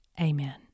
amen